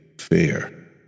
fair